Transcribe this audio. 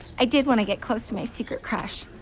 i did wanna get close to my secret crush.